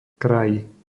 kraj